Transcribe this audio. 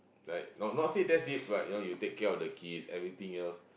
like not not say that's it but you take care of the kids everything else